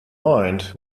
mind